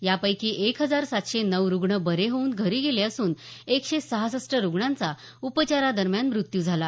यापैकी एक हजार सातशे नऊ रुग्ण बरे होऊन घरी गेले असून एकशे सहासष्ट रुग्णांचा उपचारादरम्यान मृत्यू झाला